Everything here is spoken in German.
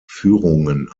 führungen